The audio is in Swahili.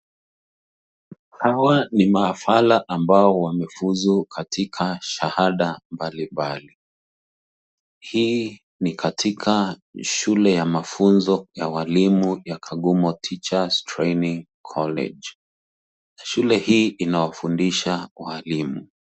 Hawa ni maafala ambao wamefuzu katika shahada mbali mbali. Hii ni katika shule ya mafunzo ya walimu ya Kagumo Teachers Training College. Shule hii inawafundisha walimu.